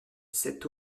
sept